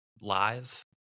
live